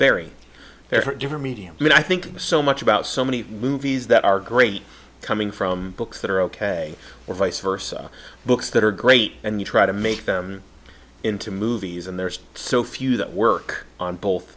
very different mediums and i think there's so much about so many movies that are great coming from books that are ok or vice versa books that are great and you try to make them into movies and there's so few that work on both